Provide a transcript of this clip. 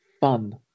fun